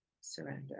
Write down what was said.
surrender